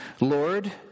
Lord